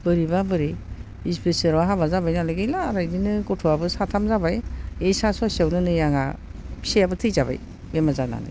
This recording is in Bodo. बोरैबा बोरै बिस बोसोराव हाबा जाबाय नालाय गैला आरो बिदिनो गथ'आबो साथाम जाबाय ऐ सा स'सेआवनो नै आंहा फिसाइयाबो थैजाबाय बेमार जानानै